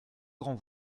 grand